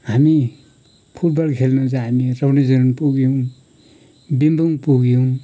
हामी फुटबल खेल्नु जाने पुग्यौँ बिम्बोङ पुग्यौँ